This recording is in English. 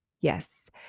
Yes